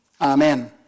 Amen